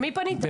למי פנית?